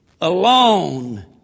alone